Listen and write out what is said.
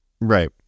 right